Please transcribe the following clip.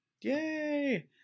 Yay